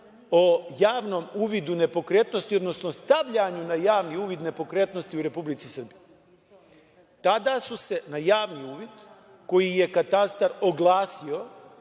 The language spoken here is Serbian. o javnom uvidu nepokretnosti, odnosno stavljanju na javni uvid nepokretnosti u Republici Srbiji. Tada su se na javni uvid koji je katastar oglasio